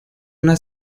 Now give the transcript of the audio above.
una